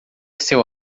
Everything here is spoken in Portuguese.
seu